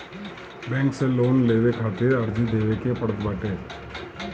bank से loan लेवे खातिर अर्जी देवे के पड़त हवे